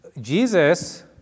Jesus